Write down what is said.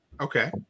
Okay